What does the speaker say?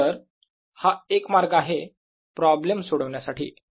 तर हा एक मार्ग आहे प्रॉब्लेम सोडवण्यासाठी